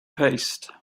paste